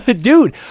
Dude